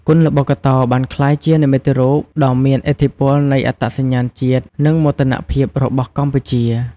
គុនល្បុក្កតោបានក្លាយជានិមិត្តរូបដ៏មានឥទ្ធិពលនៃអត្តសញ្ញាណជាតិ និងមោទនភាពរបស់កម្ពុជា។